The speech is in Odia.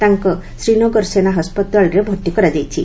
ତାଙ୍କୁ ଶ୍ରୀନଗର ସେନା ହାସ୍ପାତାଳରେ ଭର୍ତ୍ତି କରାଯାଇଛି